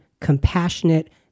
compassionate